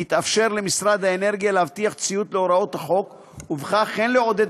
והיא תאפשר למשרד האנרגיה להבטיח ציות להוראות החוק ובכך הן לעודד